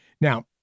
Now